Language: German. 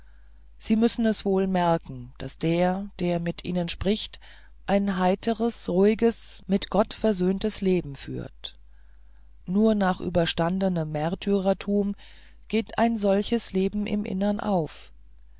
sie müssen es wohl merken daß der der mit ihnen spricht ein heitres ruhiges mit gott versöhntes leben führt nur nach überstandenem märtyrertum geht ein solches leben im innern auf